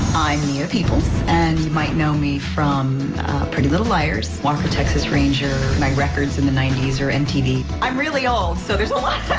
nia peeple and you might know me from pretty little liars, walker texas ranger, my records in the nineties, or mtv. i'm really old so there's a lot.